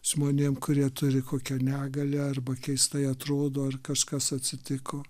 žmonėm kurie turi kokią negalią arba keistai atrodo ar kažkas atsitiko